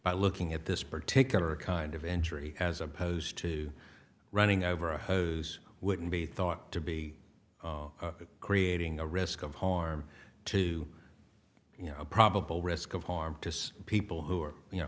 by looking at this particular kind of injury as opposed to running over a hose wouldn't be thought to be creating a risk of harm to you know probable risk of harm to people who are you know